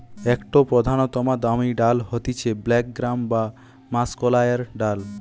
একটো প্রধানতম দামি ডাল হতিছে ব্ল্যাক গ্রাম বা মাষকলাইর ডাল